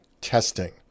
testing